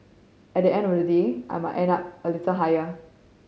at the end of the day I might end up a little higher